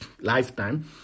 lifetime